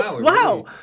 Wow